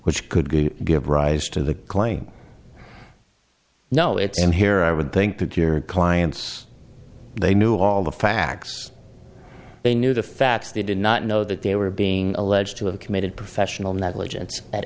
which could give rise to the claim no it's and here i would think that your clients they knew all the facts they knew the facts they did not know that they were being alleged to have committed professional